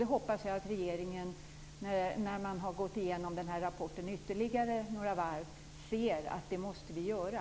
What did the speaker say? Det hoppas jag att regeringen, när man har gått igenom rapporten ytterligare några varv, ser att vi måste göra.